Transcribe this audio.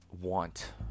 want